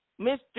Mr